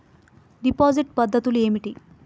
Deposit పద్ధతులు ఏమిటి?